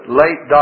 late